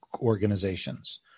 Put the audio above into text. organizations